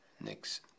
Next